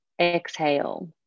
Exhale